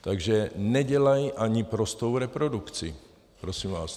Takže nedělají ani prostou reprodukci prosím vás.